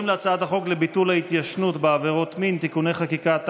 להצעת החוק לביטול ההתיישנות בעבירות מין (תיקוני חקיקה),